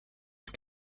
for